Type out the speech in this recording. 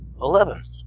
eleven